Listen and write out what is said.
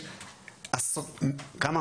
יש כמה?